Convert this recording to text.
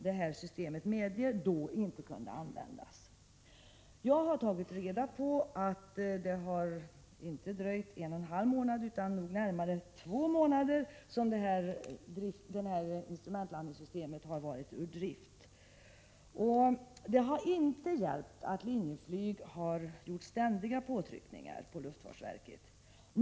Jag har tagit reda på att det här instrumentlandningssystemet har varit ur drift inte under en och en halv månad utan under närmare två månader. Det har inte hjälpt att Linjeflyg har gjort ständiga påtryckningar på luftfartsverket.